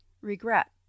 regret